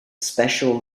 special